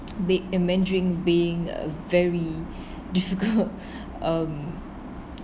big~ in mandarin being a very difficult um